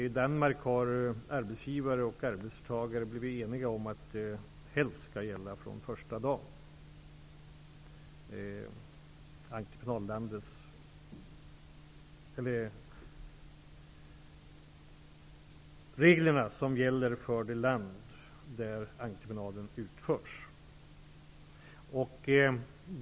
I Danmark har arbetsgivare och arbetstagare blivit eniga om att reglerna som gäller för det land där entreprenaden utförs helst skall gälla från första dagen.